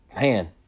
Man